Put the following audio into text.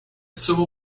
civil